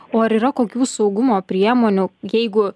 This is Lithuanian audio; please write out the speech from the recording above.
o ar yra kokių saugumo priemonių jeigu